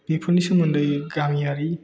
बेफोरनि सोमोन्दै गामियारि